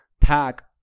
pack